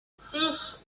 six